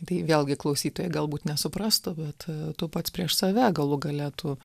tai vėlgi klausytojai galbūt nesuprastų bet tu pats prieš save galų gale tu